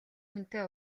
хүнтэй